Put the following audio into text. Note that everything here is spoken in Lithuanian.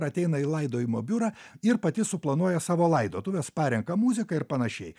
ateina į laidojimo biurą ir pati suplanuoja savo laidotuves parenka muziką ir panašiai